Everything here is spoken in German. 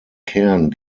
kern